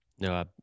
No